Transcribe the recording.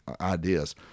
ideas